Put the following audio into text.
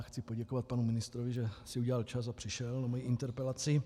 Chci poděkovat panu ministrovi, že si udělal čas a přišel na moji interpelaci.